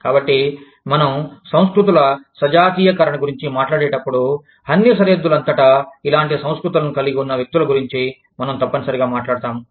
కాబట్టి మనం సంస్కృతుల సజాతీయీకరణ గురించి మాట్లాడేటప్పుడు అన్ని సరిహద్దులంతటా ఇలాంటి సంస్కృతులను కలిగి ఉన్న వ్యక్తుల గురించి మనం తప్పనిసరిగా మాట్లాడతాము